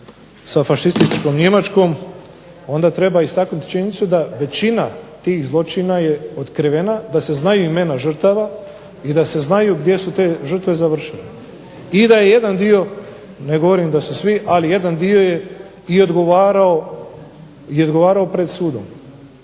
sa fašističkom Njemačkom, onda treba istaknuti činjenicu da većina tih zločina je otkrivena, da se znaju imena žrtava, i da se znaju gdje su te žrtve završile, i da je jedan dio, ne govorim da su svi, ali jedan dio je i odgovarao pred sudom.